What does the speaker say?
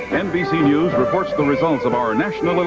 nbc news reports the results of our national but